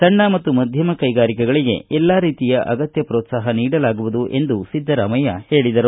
ಸಣ್ಣ ಮತ್ತು ಮಧ್ಯಮ ಕೈಗಾರಿಕೆಗಳಿಗೆ ಎಲ್ಲಾ ರೀತಿಯ ಅಗತ್ತ ಪೋತ್ಸಾಹ ನೀಡಲಾಗುವುದು ಎಂದು ಸಿದ್ದರಾಮಯ್ಯ ಹೇಳಿದರು